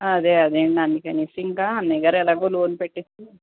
అదే అదే అందుకని ఇంక అన్నయ్యగారు ఎలాగో లోన్ పెట్టుకొని